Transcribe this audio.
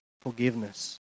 forgiveness